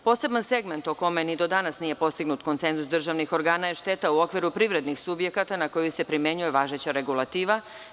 Poseban segment, o kome ni do danas nije postignut konsenzus državnih organa, je šteta u okviru privrednih subjekata, na koju se primenjuje važeća regulativa.